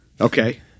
Okay